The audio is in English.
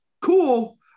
Cool